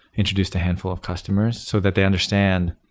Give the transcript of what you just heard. introduced a handful of customers so that they understand